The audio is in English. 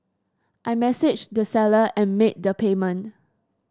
I messaged the seller and made the payment